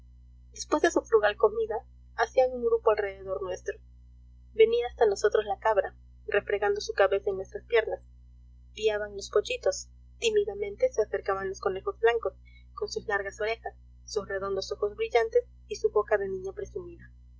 después de su frugal comida hacían grupo alrededor nuestro venía hasta nosotros la cabra refregando su cabeza en nuestras piernas piaban los pollitos tímidamente se acercaban los conejos blancos con sus largas orejas sus redondos ojos brillantes y su boca de niña presumida